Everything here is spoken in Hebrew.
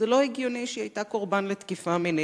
לא הגיוני שהיא היתה קורבן לתקיפה מינית.